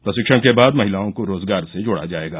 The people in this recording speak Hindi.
प्रशिक्षण के बाद महिलाओं को रोजगार से जोड़ा जायेगा